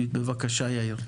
בבקשה, יאיר.